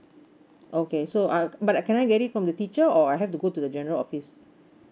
okay so I but I can I get it from the teacher or I have to go to the general office